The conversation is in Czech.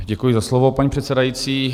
Děkuji za slovo, paní předsedající.